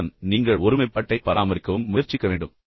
அதனுடன் நீங்கள் ஒருமைப்பாட்டை பராமரிக்கவும் முயற்சிக்க வேண்டும்